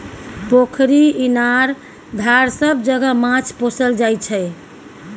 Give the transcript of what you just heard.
पोखरि, इनार, धार सब जगह माछ पोसल जाइ छै